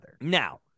Now